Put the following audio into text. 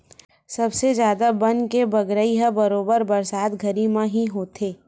सबले जादा बन के बगरई ह बरोबर बरसात घरी म ही होथे